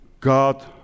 God